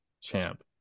champ